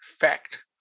fact